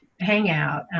hangout